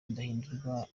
ndahindurwa